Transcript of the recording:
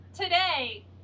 today